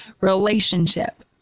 relationship